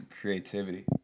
creativity